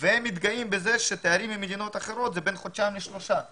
והם מתגאים בזה שתארים ממדינות אחרות זה בין חודשיים לשלושה חודשים.